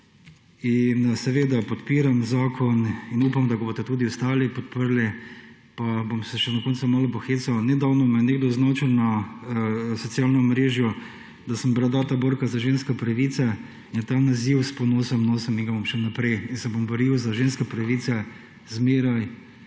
In seveda, podpiram zakon in upam, da ga boste tudi ostali podprli. Pa se bom še na koncu malo pohecal, nedavno me je nekdo označil na socialnem omrežju, da sem bradata borka za ženske pravice in ta naziv s ponosom nosim in ga bom še naprej in se bom boril za ženske pravice zmerja